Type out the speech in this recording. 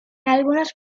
algunos